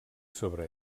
sobre